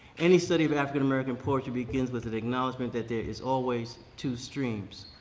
any study of african american poetry begins with an acknowledgement that there is always two streams,